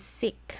sick